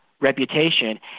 reputation